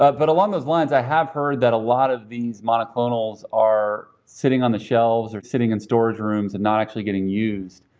ah but along those lines, i have heard that a lot of these monoclonals are sitting on the shelves or sitting in storage rooms and not actually getting used.